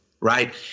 Right